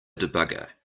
debugger